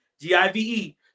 G-I-V-E